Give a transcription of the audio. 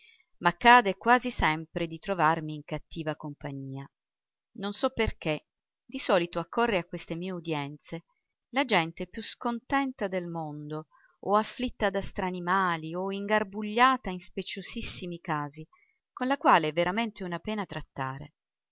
tredici m'accade quasi sempre di trovarmi in cattiva compagnia non so perché di solito accorre a queste mie udienze la gente più scontenta del mondo o afflitta da strani mali o ingarbugliata in speciosissimi casi con la quale è veramente una pena trattare